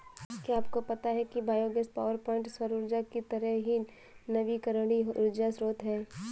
क्या आपको पता है कि बायोगैस पावरप्वाइंट सौर ऊर्जा की तरह ही नवीकरणीय ऊर्जा स्रोत है